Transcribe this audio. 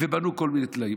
ובנו כל מיני טלאים.